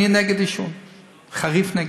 אני מתנגד בחריפות לעישון,